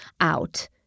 out